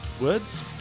words